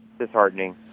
Disheartening